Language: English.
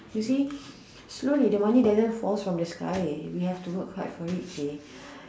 you see slowly the money doesn't fall from the sky we have to work hard for it see